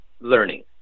learning